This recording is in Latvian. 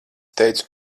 teicu